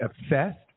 obsessed